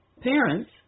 parents